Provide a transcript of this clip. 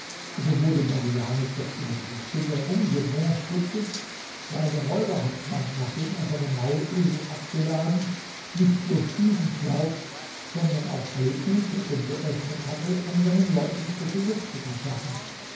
so wurde morgiane doch über diese stimme um so mehr stutzig weil der räuberhauptmann nachdem er seine maulesel abgeladen nicht bloß diesen schlauch sondern auch alle übrigen geöffnet hatte um seinen leuten frische luft zu verschaffen